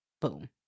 Boom